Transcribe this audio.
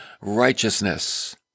righteousness